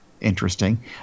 interesting